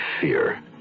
fear